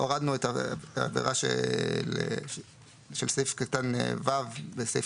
הורדנו את העבירה של סעיף קטן (ו) בסעיף